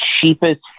cheapest